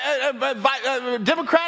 Democratic